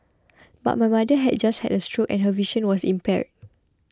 but my mother had just had a stroke and her vision was impaired